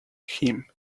him